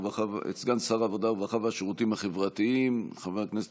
הרווחה והשירותים החברתיים חבר הכנסת